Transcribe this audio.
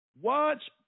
watch